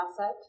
asset